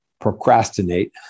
procrastinate